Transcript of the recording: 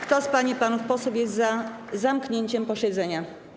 Kto z pań i panów posłów jest za zamknięciem posiedzenia?